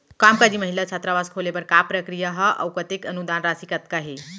कामकाजी महिला छात्रावास खोले बर का प्रक्रिया ह अऊ कतेक अनुदान राशि कतका हे?